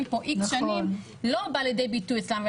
פה איקס שנים לא באה לידי ביטוי אצלם,